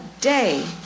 day